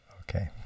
okay